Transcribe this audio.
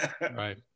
Right